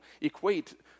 equate